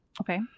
Okay